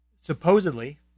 Supposedly